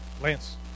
Lance